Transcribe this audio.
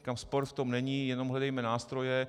Říkám, spor v tom není, jenom hledejme nástroje.